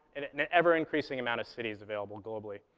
and and ever-increasing amount of cities available globally.